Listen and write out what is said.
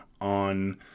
on